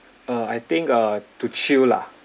uh I think uh to chill lah